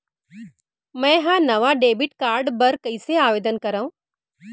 मै हा नवा डेबिट कार्ड बर कईसे आवेदन करव?